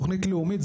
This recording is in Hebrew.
תוכנית לאומית.